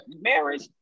marriage